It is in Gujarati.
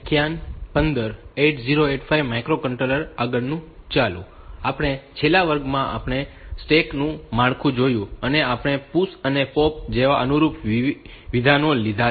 આપણા છેલ્લા વર્ગમાં આપણે સ્ટેક નું માળખું જોયું છે અને આપણે PUSH અને POP જેવા અનુરૂપ વિધાનો લીધા છે